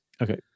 Okay